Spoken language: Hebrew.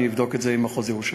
אני אבדוק את זה עם מחוז ירושלים.